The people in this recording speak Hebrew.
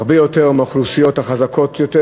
הרבה יותר מאשר באוכלוסיות החזקות יותר.